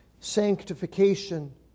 sanctification